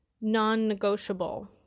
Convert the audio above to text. non-negotiable